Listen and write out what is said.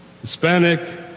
Hispanic